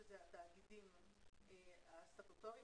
שאלה התאגידים הסטטוטוריים,